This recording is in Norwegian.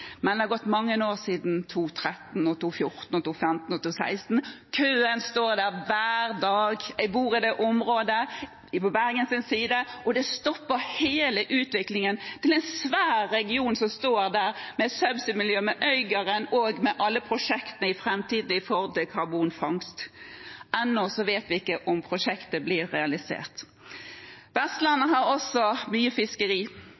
Men det er gått mange år siden 2013, 2014, 2015 og 2016. Køen står der hver dag. Jeg bor i det området på bergenssiden, og det stopper hele utviklingen til en svær region som står der med Subsea-miljøet, med Øygarden og med alle prosjektene i frAmtiden når det gjelder karbonfangst. Ennå vet vi ikke om prosjektet blir realisert. Vestlandet har også mye fiskeri.